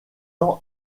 ans